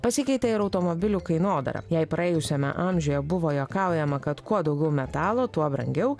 pasikeitė ir automobilių kainodara jei praėjusiame amžiuje buvo juokaujama kad kuo daugiau metalo tuo brangiau